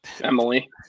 Emily